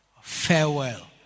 farewell